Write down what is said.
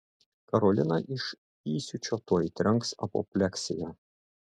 karoliną iš įsiūčio tuoj trenks apopleksija